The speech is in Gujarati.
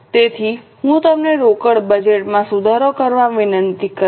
તેથી હું તમને રોકડ બજેટમાં સુધારો કરવા વિનંતી કરીશ